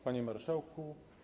Panie Marszałku!